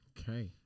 Okay